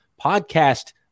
Podcast